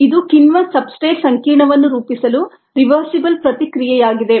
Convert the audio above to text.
ಇದು ಕಿಣ್ವ ಸಬ್ಸ್ಟ್ರೇಟ್ನ ಸಂಕೀರ್ಣವನ್ನು ರೂಪಿಸಲು ರಿವರ್ಸಿಬಲ್ ಪ್ರತಿಕ್ರಿಯೆಯಾಗಿದೆ